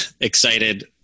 excited